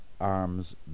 arms